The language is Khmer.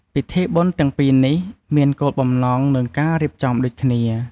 ពិធីបុណ្យទាំងពីនេះមានគោលបំណង និងការរៀបចំដូចគ្នា។